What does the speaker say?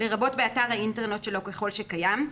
לרבות באתר האינטרנט שלו ככל שקיים.